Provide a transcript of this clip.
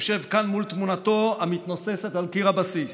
יושב כאן מול תמונתו המתנוססת על קיר הבסיס,